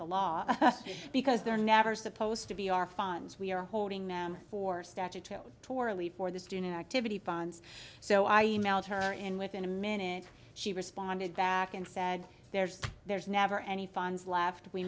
the law because they're never supposed to be our funds we are holding them for statutory torah leave for this dinner activity funds so i emailed her and within a minute she responded back and said there's there's never any funds left we